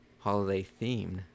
holiday-themed